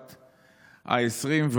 בת 20,